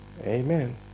Amen